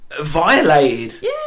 violated